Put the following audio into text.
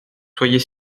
soyez